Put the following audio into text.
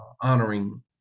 honoring